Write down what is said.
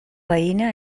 veïna